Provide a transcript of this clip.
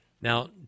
Now